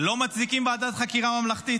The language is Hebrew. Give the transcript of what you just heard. לא מצדיקים ועדת חקירה ממלכתית?